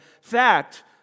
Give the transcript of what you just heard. fact